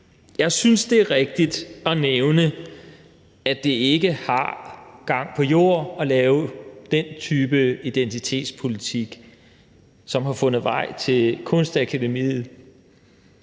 Jeg synes, det er rigtigt at nævne, at det ikke har gang på jord at lave den type identitetspolitik, som har fundet vej til Kunstakademiet,